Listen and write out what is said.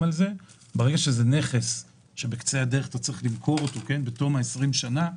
וברגע שאתה צריך למכור את הנכס בתום 20 שנה,